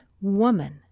woman